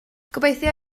gobeithio